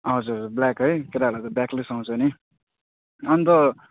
हजुर ब्ल्याक है केटाहरूलाई त ब्ल्याकले सुहाउँछ नि अन्त